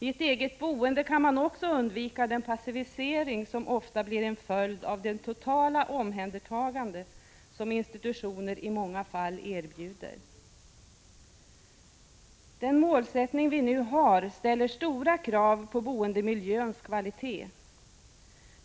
I ett eget boende kan man också undvika den passivisering som ofta blir en följd av det totala omhändertagande som institutioner i många fall erbjuder. Den målsättning vi nu har ställer stora krav på boendemiljöns kvalitet.